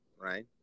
right